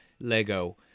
Lego